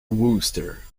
wooster